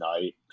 night